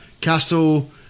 Castle